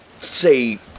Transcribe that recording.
say